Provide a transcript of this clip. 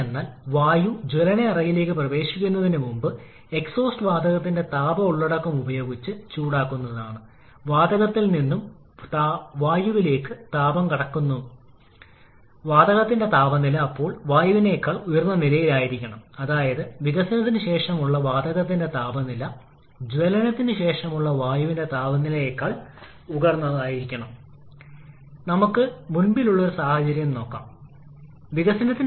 അനുപാതം ഇതാണ് അതിനാൽ നമ്മൾ നെറ്റ്വർക്കിനായി എക്സ്പ്രഷൻ ഇടുകയാണെങ്കിൽ അത് ഇതായിരിക്കും അതിനാൽ ഈ സാഹചര്യത്തിൽ ഞാൻ ഇവിടെ നമ്പറുകൾ നൽകിയിട്ടില്ല നിങ്ങൾക്ക് കംപ്രസ്സർ നിർദ്ദിഷ്ട കംപ്രഷൻ ജോലിയും നിർദ്ദിഷ്ട വിപുലീകരണവും അവിടെ നിന്ന് നിങ്ങൾക്ക് ബാക്ക് വർക്ക് റേഷ്യോ വർക്ക് അനുപാതമോ എളുപ്പത്തിൽ ലഭിക്കും